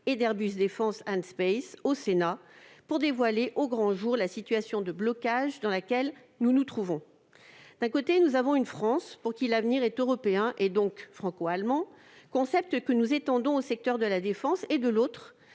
et d'Airbus Defence and Space, pour révéler au grand jour la situation de blocage dans laquelle nous nous trouvons. Nous avons donc, d'un côté, une France pour qui l'avenir est européen, donc franco-allemand, qualificatif que nous étendons au secteur de la défense, et, de l'autre,